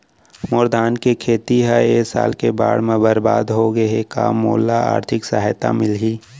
मोर धान के खेती ह ए साल के बाढ़ म बरबाद हो गे हे का मोला आर्थिक सहायता मिलही?